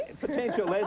potential